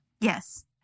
Yes